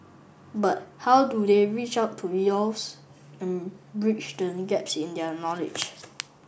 but how do they reach out to youths and bridge the gaps in their knowledge